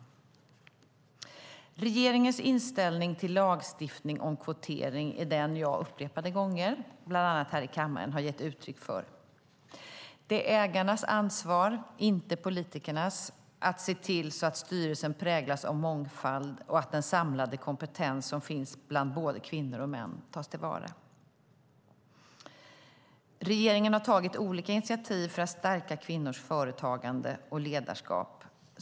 Regeringens inställning till lagstiftning om kvotering är den jag upprepade gånger, bland annat här i kammaren, har gett uttryck för: Det är ägarnas ansvar, inte politikernas, att se till att styrelsen präglas av mångfald och att den samlade kompetens som finns bland både kvinnor och män tas till vara. Regeringen har tagit olika initiativ för att stärka kvinnors företagande och ledarskap.